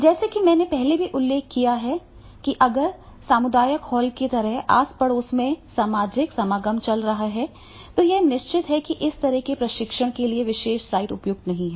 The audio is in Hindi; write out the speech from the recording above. जैसा कि मैंने पहले ही उल्लेख किया है कि अगर सामुदायिक हॉल की तरह आस पड़ोस में सामाजिक समागम चल रहा है तो यह निश्चित है कि इस तरह के प्रशिक्षण के लिए विशेष साइट उपयुक्त नहीं है